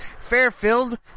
Fairfield